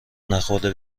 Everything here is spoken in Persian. نخورده